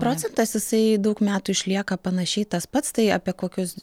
procentas jisai daug metų išlieka panašiai tas pats tai apie kokius